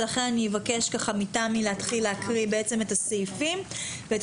ולכן אני אבקש מתמי להתחיל להקריא בעצם את הסעיפים ואת